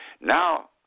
Now